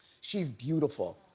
she's beautiful.